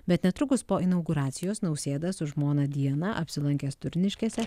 bet netrukus po inauguracijos nausėda su žmona diana apsilankęs turniškėse